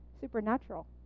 supernatural